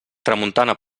tramuntana